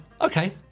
Okay